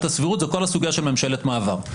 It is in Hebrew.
הסבירות זו כל הסוגיה של ממשלת מעבר.